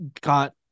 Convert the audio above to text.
got